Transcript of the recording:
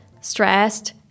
stressed